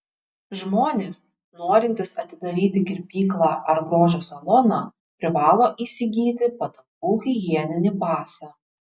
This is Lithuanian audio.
žmonės norintys atidaryti kirpyklą ar grožio saloną privalo įsigyti patalpų higieninį pasą